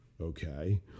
okay